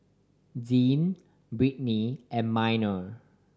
Dean Brittany and Minor